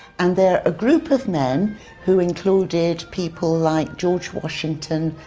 and they're a group of men who included people like george washington,